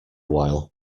while